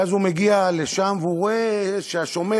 ואז הוא מגיע לשם והוא רואה שהשומר,